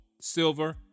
silver